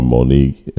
Monique